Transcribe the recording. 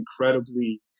incredibly